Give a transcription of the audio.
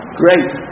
great